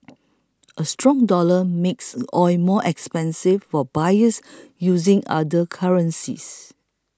a strong dollar makes oil more expensive for buyers using other currencies